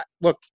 look